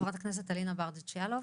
חברת הכנסת אלינה ברדץ' יאלוב.